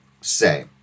say